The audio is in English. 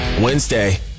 Wednesday